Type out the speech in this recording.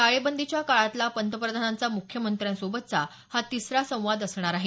टाळेबंदीच्या काळातली पंतप्रधानांची मुख्यमंत्र्यांसोबतची हा तिसरा संवाद असणार आहे